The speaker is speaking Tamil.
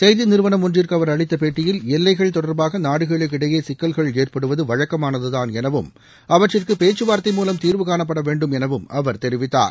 செய்தி நிறுவனம் ஒன்றிற்கு அவர் அளித்த பேட்டியில் எல்லைகள் தொடர்பாக நாடுகளுக்கு இடையே சிக்கல்கள் ஏற்படுவது வழக்கமானதுதான் எனவும் அவற்றிற்கு பேச்சுவார்த்தை மூலம் தீர்வுகாணப்பட வேண்டும் எனவும் அவர் தெரிவித்தார்